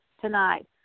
tonight